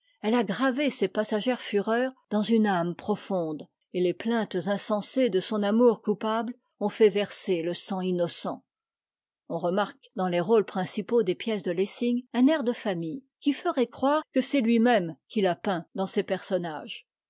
elle a gravé ses passagères fureurs dans une âme profonde et les plaintes insensées de son amour coupable ont fait verser le sang innocent on remarque dans les rôles principaux des pièces de lessing un air de famille qui ferait croire que c'est lui-même qu'il a peint dans ses personnages